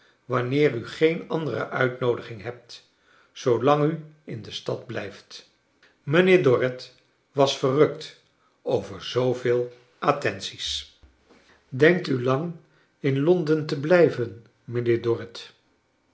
wanneer u geen andere uitnoodiging hebt zoolang u in de stad blijft mijnheer dorrit was verrukt over zooveel attenties denkt u lang in londen te blijven mijnheer dorrit